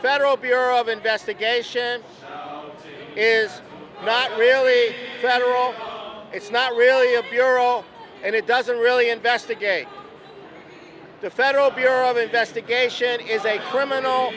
federal bureau of investigation is not really federal it's not really a bureau and it doesn't really investigate the federal bureau of investigation is a criminal